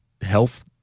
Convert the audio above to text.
health